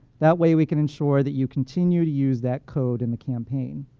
that way we can ensure that you continue to use that code in the campaign.